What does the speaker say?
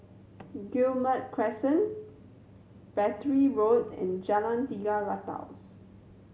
Guillemard Crescent Battery Road and Jalan Tiga Ratus